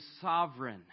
sovereign